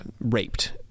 raped